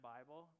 Bible